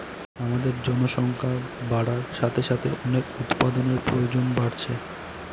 আমাদের জনসংখ্যা বাড়ার সাথে সাথে অনেক উপাদানের প্রয়োজন বাড়ছে